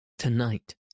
Tonight